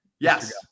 Yes